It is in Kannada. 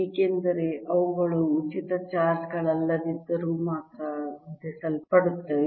ಏಕೆಂದರೆ ಅವುಗಳು ಉಚಿತ ಚಾರ್ಜ್ ಗಳಲ್ಲದಿದ್ದರೂ ಮಾತ್ರ ವಿಧಿಸಲ್ಪಡುತ್ತವೆ